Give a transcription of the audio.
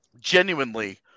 genuinely